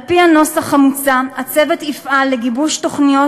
על-פי הנוסח המוצע: הצוות יפעל לגיבוש תוכניות